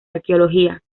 arqueología